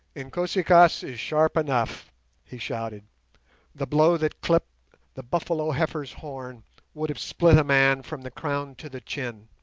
inkosi-kaas is sharp enough he shouted the blow that clipped the buffalo-heifer's horn would have split a man from the crown to the chin.